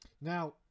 now